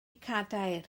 cadair